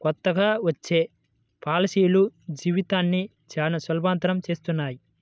కొత్తగా వచ్చే పాలసీలు జీవితాన్ని చానా సులభతరం చేస్తున్నాయి